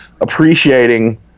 appreciating